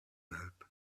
help